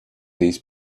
these